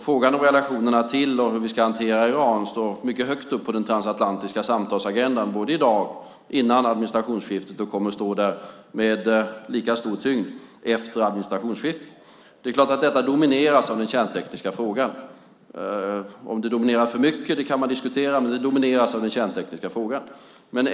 Frågan om relationerna till och hur vi ska hantera Iran står mycket högt upp på den transatlantiska samtalsagendan i dag, innan administrationsskiftet, och kommer att stå där med lika stor tyngd efter administrationsskiftet. Det är klart att detta samtal domineras av den kärntekniska frågan. Om det domineras för mycket kan man diskutera, men det domineras av den kärntekniska frågan.